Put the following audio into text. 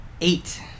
Eight